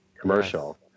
commercial